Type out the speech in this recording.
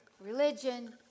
Religion